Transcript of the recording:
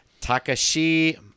Takashi